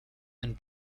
and